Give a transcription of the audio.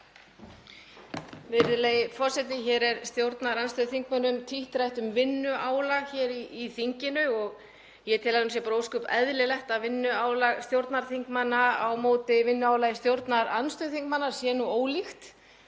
Virðulegi forseti. Hér er stjórnarandstöðuþingmönnum tíðrætt um vinnuálag hér í þinginu. Ég tel að það sé bara ósköp eðlilegt að vinnuálag stjórnarþingmanna á móti vinnuálagi stjórnarandstöðuþingmanna sé ólíkt